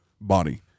body